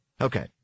Okay